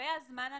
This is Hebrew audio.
לגבי הזמן,